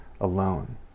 alone